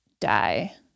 die